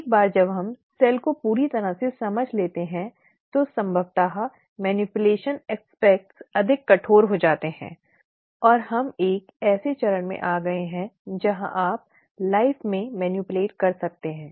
एक बार जब हम सेल को पूरी तरह से समझ लेते हैं तो संभवतः जोड़तोड़ के पहलू अधिक कठोर हो सकते हैं और हम एक ऐसे चरण में आ गए हैं जहां आप जीवन में मैनिपुलेट कर सकते हैं